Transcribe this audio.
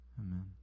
Amen